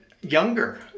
younger